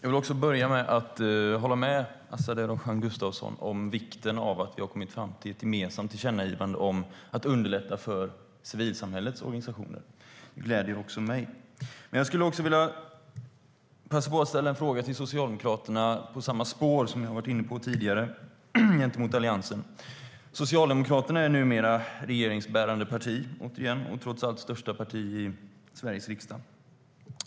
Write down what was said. Fru talman! Jag håller med Azadeh Rojhan Gustafsson om vikten av att vi har kommit fram till ett gemensamt tillkännagivande om att underlätta för civilsamhällets organisationer. Det gläder också mig. Låt mig ställa en fråga till Socialdemokraterna på samma spår som jag var inne på tidigare med Alliansen. Socialdemokraterna är åter ett regeringsbärande parti och det största partiet i Sveriges riksdag.